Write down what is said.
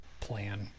plan